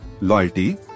loyalty